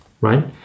right